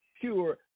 pure